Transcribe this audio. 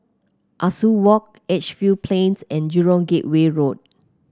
Ah Soo Walk Edgefield Plains and Jurong Gateway Road